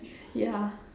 yeah